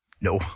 No